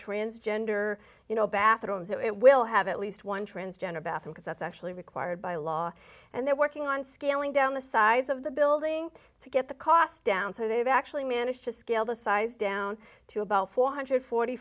transgender you know bathrooms it will have at least one transgender bathroom cause that's actually required by law and they're working on scaling down the size of the building to get the cost down so they've actually managed to scale the size down to about four hundred forty